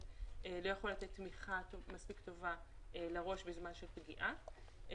לא יכול לתת תמיכה מספיק טובה לראש בזמן של פגיעה,